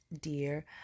dear